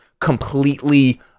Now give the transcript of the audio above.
completely